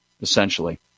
essentially